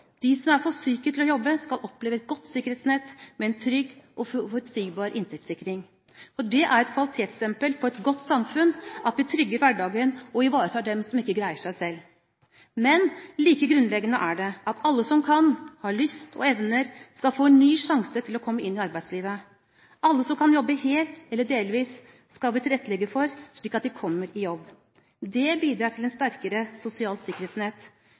De som er for syke til å jobbe, skal oppleve å ha et godt sikkerhetsnett med en trygg og forutsigbar inntektssikring. Det er et kvalitetsstempel på et godt samfunn at vi trygger hverdagen og ivaretar dem som ikke greier seg selv. Men like grunnleggende er det at alle som kan, har lyst og evner, skal få en ny sjanse til å komme inn i arbeidslivet. Alle som kan jobbe helt eller delvis, skal vi tilrettelegge for, slik at de kommer i jobb. Det bidrar til et sterkere sosialt sikkerhetsnett.